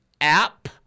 app